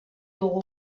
dugu